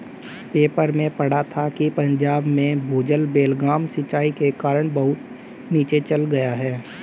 paper में पढ़ा था कि पंजाब में भूजल बेलगाम सिंचाई के कारण बहुत नीचे चल गया है